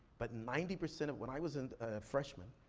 but ninety percent of, when i was and a freshman,